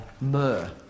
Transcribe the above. myrrh